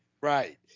Right